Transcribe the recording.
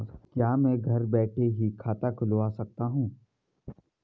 क्या मैं घर बैठे ही खाता खुलवा सकता हूँ?